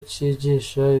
cyigisha